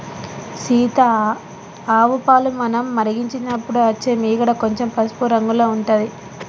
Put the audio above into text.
సీత ఆవు పాలు మనం మరిగించినపుడు అచ్చే మీగడ కొంచెం పసుపు రంగుల ఉంటది